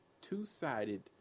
two-sided